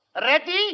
Ready